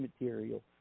material